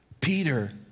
Peter